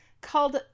called